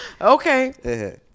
okay